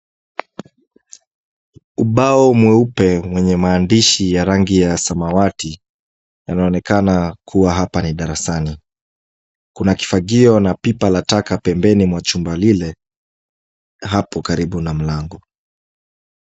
Ubao mweupe wenye maandishi ya rangi ya samawati yanaonekana kuwa hapa ni darasani. Kuna kifagio na pipa la taka pembeni mwa chumba lile, hapo karibu na mlango.